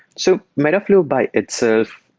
so metaflow by itself,